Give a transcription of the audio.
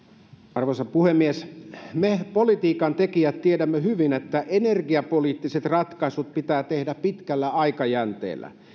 arvoisa puhemies me politiikantekijät tiedämme hyvin että energiapoliittiset ratkaisut pitää tehdä pitkällä aikajänteellä